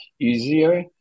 easier